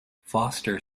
foster